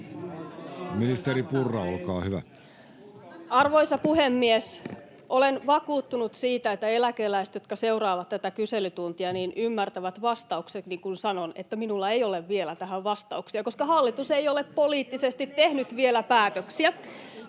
Ministeri Purra, olkaa hyvä. Arvoisa puhemies! Olen vakuuttunut siitä, että eläkeläiset, jotka seuraavat tätä kyselytuntia, ymmärtävät vastaukseni, kun sanon, että minulla ei ole vielä tähän vastauksia, koska hallitus ei ole poliittisesti tehnyt vielä päätöksiä.